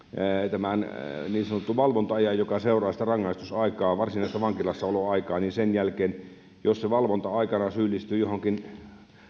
tämän niin sanotun valvonta ajan jälkeen joka seuraa sitä rangaistusaikaa varsinaista vankilassaoloaikaa jos valvonta aikana syyllistyy joihinkin